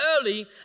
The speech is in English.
early